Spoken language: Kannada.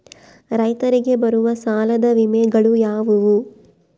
ರೈತರಿಗೆ ಬರುವ ಸಾಲದ ವಿಮೆಗಳು ಯಾವುವು?